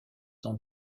dans